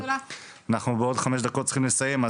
אנחנו בעוד חמש דקות צריכים לסיים.